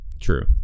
True